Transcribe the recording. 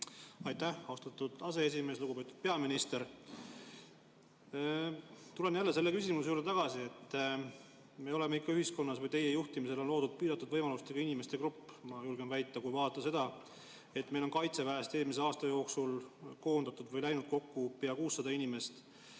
Aitäh, austatud aseesimees! Lugupeetud peaminister! Tulen jälle selle küsimuse juurde tagasi, et ühiskonnas on teie juhtimisel loodud piiratud võimalustega inimeste grupp. Ma julgen nii väita, kui vaatan seda, et Kaitseväest eelmise aasta jooksul koondati või läks ära kokku pea 600 inimest.